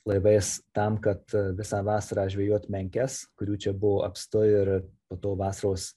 laivais tam kad visą vasarą žvejot menkes kurių čia buvo apstu ir po to vasaros